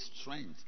strength